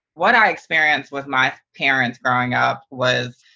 what i experienced with my parents growing up was